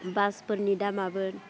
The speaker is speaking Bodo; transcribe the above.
बासफोरनि दामाबो